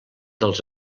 dels